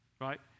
right